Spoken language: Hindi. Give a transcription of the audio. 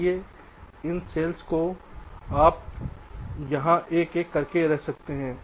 इसलिए इन सेल्स को आप यहां एक एक करके रख रहे हैं